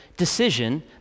decision